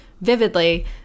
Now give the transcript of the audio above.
vividly